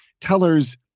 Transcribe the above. tellers